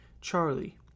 Charlie